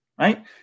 right